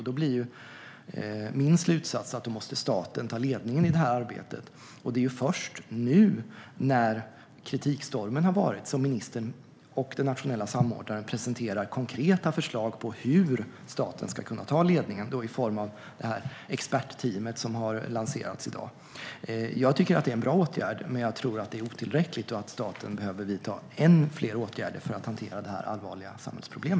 Då blir min slutsats att staten måste ta ledningen i detta arbete. Det är först nu när kritikstormen har varit som ministern och den nationella samordnaren presenterar konkreta förslag på hur staten ska kunna ta ledningen, då i form av expertteamet som har lanserats i dag. Jag tycker att det är en bra åtgärd, men jag tror att det är otillräckligt och att staten behöver vidta än fler åtgärder för att hantera detta allvarliga samhällsproblem.